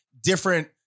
Different